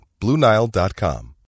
BlueNile.com